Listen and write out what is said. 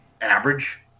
average